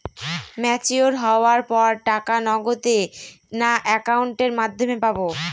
Mature হওয়ার পর টাকা নগদে না অ্যাকাউন্টের মাধ্যমে পাবো?